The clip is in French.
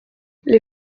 les